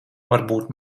varbūt